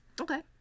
okay